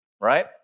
Right